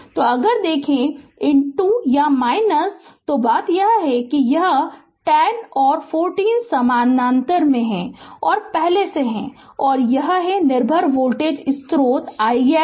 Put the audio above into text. तो अगर देखो तो बात है कि यह 10 और 40 समानांतर में हैं और पहले से हैं और यह है निर्भर वोल्टेज स्रोत ix ix